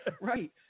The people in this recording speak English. right